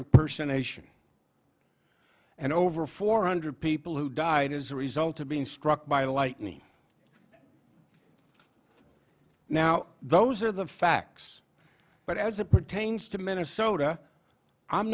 impersonation and over four hundred people who died as a result of being struck by lightning now those are the facts but as it pertains to minnesota i'm